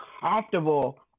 comfortable